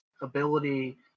ability